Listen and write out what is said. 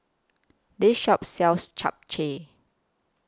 This Shop sells Chap Chai